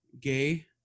Gay